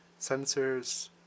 sensors